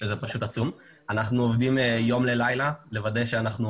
אנחנו עובדים יום ולילה כדי לוודא שאנחנו